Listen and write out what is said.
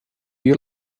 you